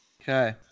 Okay